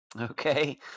Okay